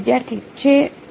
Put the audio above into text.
વિદ્યાર્થી છે એ